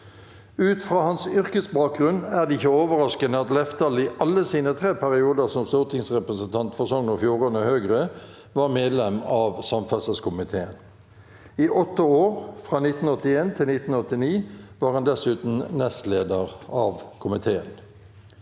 Ut fra hans yrkesbakgrunn er det ikke overraskende at Lefdal i alle sine tre perioder som stortingsrepresentant for Sogn og Fjordane Høgre var medlem av samferdselskomiteen. I åtte år, fra 1981 til 1989, var han dessuten nestleder av komiteen.